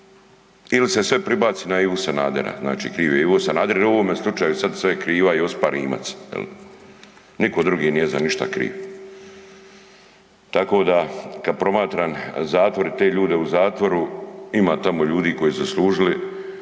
Ili se sve prebaci na Ivu Sanadera, znači kriv je Ivo Sanader, ili u ovome slučaju je sad sve kriva Josipa Rimac, nitko drugi nije za ništa kriv. Tako da, kad promatram zatvore i te ljude u zatvoru, ima tamo ljudi koji osu zaslužili